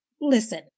listen